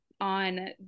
on